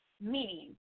Meaning